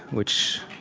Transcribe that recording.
which